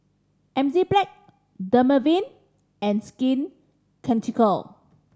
Enzyplex Dermaveen and Skin Ceutical